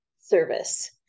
service